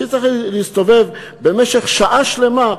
שצריך הייתי להסתובב במשך שעה שלמה,